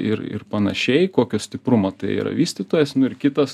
ir ir panašiai kokio stiprumo tai yra vystytojas nu ir kitas